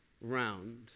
round